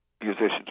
musicians